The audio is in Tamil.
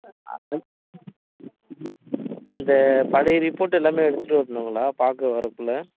அந்த பழைய ரிப்போர்ட் எல்லாமே எடுத்துகிட்டு வரணுங்களா பார்க்க வரக்குள்ளே